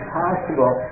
possible